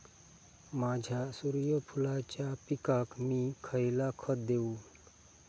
माझ्या सूर्यफुलाच्या पिकाक मी खयला खत देवू?